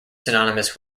synonymous